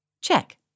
Check